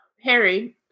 Harry